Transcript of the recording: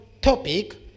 topic